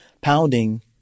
pounding